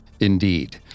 Indeed